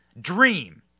Dream